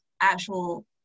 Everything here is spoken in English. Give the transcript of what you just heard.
actual